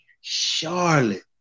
Charlotte